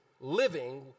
living